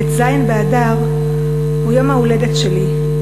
ט"ז באדר, הוא יום ההולדת שלי,